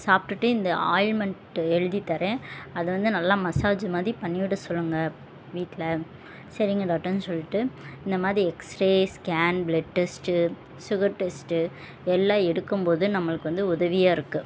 சாப்பிட்டுட்டு இந்த ஆயில்மெண்டு எழுதி தரேன் அதை வந்து நல்லா மசாஜ் மாதிரி பண்ணிவிட சொல்லுங்கள் வீட்டில் சரிங்க டாக்டர்னு சொல்லிவிட்டு இதை மாதிரி X-ray scan blood test sugar test எல்லாம் எடுக்கும் போது நம்மளுக்கு வந்து உதவியாக இருக்குது